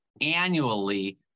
annually